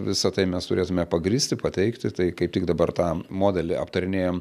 visa tai mes turėtume pagrįsti pateikti tai kaip tik dabar tą modelį aptarinėjam